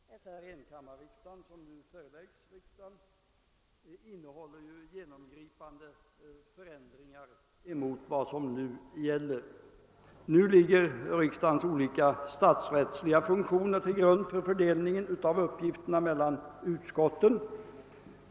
Herr talman! Det förslag till ny utskottsorganisation för enkammarriksdagen som har förelagts riksdagen innebär genomgripande förändringar i den nuvarande organisationen, enligt vilken riksdagens olika statsrättsliga funktioner ligger till grund för fördelningen av uppgifterna mellan utskotten.